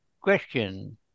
question